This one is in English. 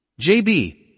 JB